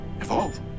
Evolve